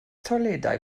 toiledau